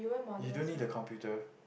you don't need a computer